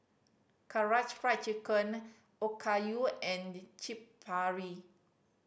Karaage Fried Chicken Okayu and Chaat Papri